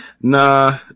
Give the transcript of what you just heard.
Nah